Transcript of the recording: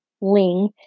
Ling